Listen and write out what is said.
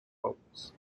poles